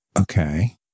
Okay